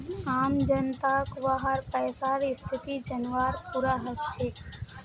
आम जनताक वहार पैसार स्थिति जनवार पूरा हक छेक